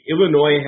Illinois